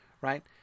right